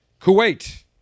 Kuwait